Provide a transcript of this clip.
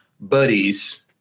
buddies –